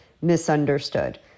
misunderstood